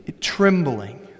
trembling